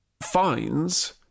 finds